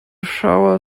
shower